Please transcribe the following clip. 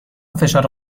فشار